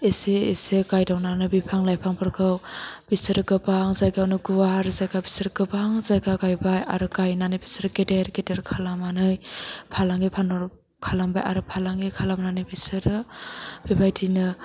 एसे एसे गायदावनानै बिफां लाइफांफोरखौ बिसोर गोबां जायगायावनो गुवार जायगा बिसोर गोबां जायगा गायबाय आरो गायनानै बिसोर गेदेर गेदेर खालामनानै फालांगि फानहर खालामबाय आरो फालांगि खालामनानै बिसोरो बेबायदिनो